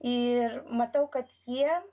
ir matau kad jie